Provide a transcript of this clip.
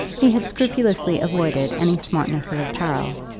he had scrupulously avoided any smartness of apparel,